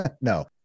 No